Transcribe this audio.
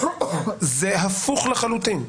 זה הפוך לחלוטין.